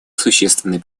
существенный